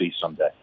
someday